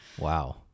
Wow